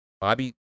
Bobby